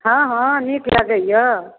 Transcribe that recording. हँ हँ नीक लगैया